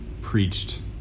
preached